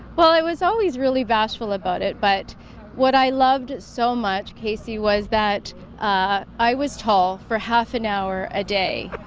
well i was always really bashful about it, but what i loved so much, kc, was that i was tall for half an hour a day,